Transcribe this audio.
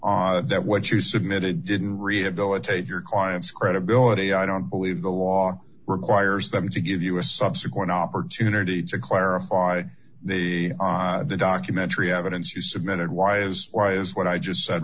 saying that what you submitted didn't rehabilitate your client's credibility i don't believe the law requires them to give you a subsequent opportunity to clarify the documentary evidence you submitted was why is what i just said